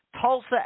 Tulsa